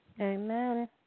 Amen